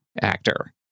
actor